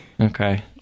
okay